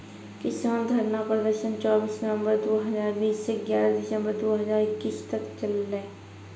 किसान धरना प्रदर्शन चौबीस नवंबर दु हजार बीस स ग्यारह दिसंबर दू हजार इक्कीस तक चललै